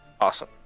Awesome